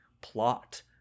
plot